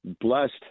blessed